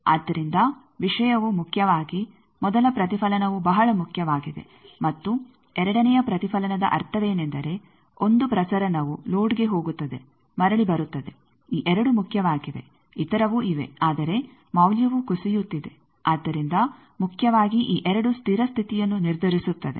ಆದ್ದರಿಂದ ವಿಷಯವು ಮುಖ್ಯವಾಗಿ ಮೊದಲ ಪ್ರತಿಫಲನವು ಬಹಳ ಮುಖ್ಯವಾಗಿದೆ ಮತ್ತು ಎರಡನೆಯ ಪ್ರತಿಫಲನದ ಅರ್ಥವೇನೆಂದರೆ ಒಂದು ಪ್ರಸರಣವು ಲೋಡ್ಗೆ ಹೋಗುತ್ತದೆ ಮರಳಿ ಬರುತ್ತದೆ ಈ ಎರಡು ಮುಖ್ಯವಾಗಿವೆ ಇತರವೂ ಇವೆ ಆದರೆ ಮೌಲ್ಯವು ಕುಸಿಯುತ್ತಿದೆ ಆದ್ದರಿಂದ ಮುಖ್ಯವಾಗಿ ಈ ಎರಡು ಸ್ಥಿರ ಸ್ಥಿತಿಯನ್ನು ನಿರ್ಧರಿಸುತ್ತದೆ